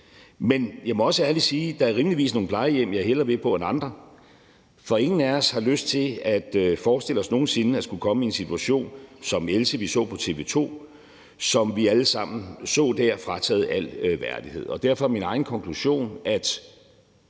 Men jeg må også ærligt sige, at der rimeligvis er nogle plejehjem, jeg hellere vil på end andre, for ingen af os har lyst til at forestille os nogen sinde at skulle komme i en situation som Else, vi så på TV 2, og som vi alle sammen så dér frataget al værdighed. Derfor er min egen konklusion, at